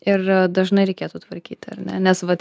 ir dažnai reikėtų tvarkyti ar ne nes vat